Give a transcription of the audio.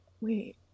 wait